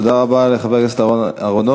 תודה רבה לחבר הכנסת אהרונוביץ,